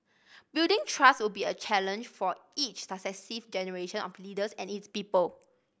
building trust would be a challenge for each successive generation of leaders and its people